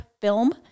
film